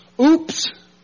Oops